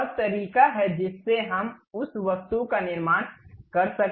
यह वह तरीका है जिससे हम उस वस्तु का निर्माण कर सकते हैं